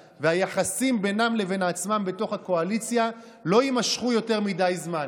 והיחסים בינם לבין עצמם בתוך הקואליציה לא יימשכו יותר מדי זמן.